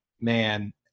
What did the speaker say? man